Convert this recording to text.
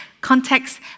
Context